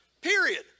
period